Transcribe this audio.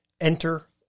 Enter